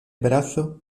brazo